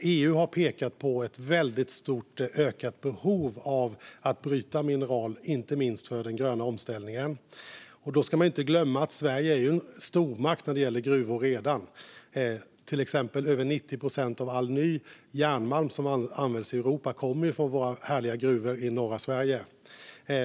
EU har pekat på ett stort, ökat behov av att bryta mineral, inte minst för den gröna omställningen. Vi ska inte glömma att Sverige redan är en stormakt när det gäller gruvor. Till exempel kommer över 90 procent av all ny järnmalm som används i Europa från våra härliga gruvor i norra Sverige.